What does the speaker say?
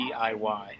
DIY